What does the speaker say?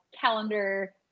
calendar